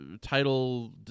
title